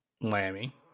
Miami